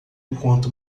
enquanto